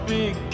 big